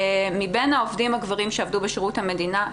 מבין העובדים הגברים שעבדו בשירות המדינה,